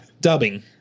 dubbing